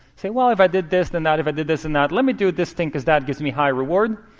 say, well, if i did this, then that. if i did this, then and that. let me do this thing, because that gives me high reward.